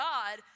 God